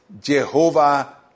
Jehovah